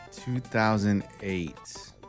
2008